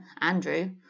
Andrew